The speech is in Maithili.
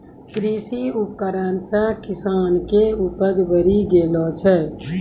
कृषि उपकरण से किसान के उपज बड़ी गेलो छै